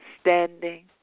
standing